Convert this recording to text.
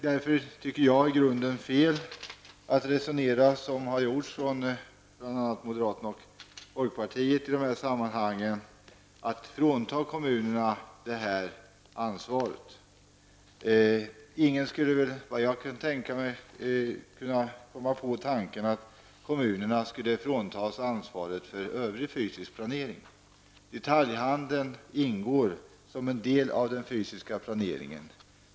Därför tycker jag att det i grunden är fel, som moderaterna och folkpartisterna resonerar i detta sammanhang, att frånta kommunerna det ansvaret. Ingen skulle väl komma på tanken att frånta kommunerna ansvaret för övrig fysisk planering. Detaljhandel ingår som en del i den fysiska planeringen.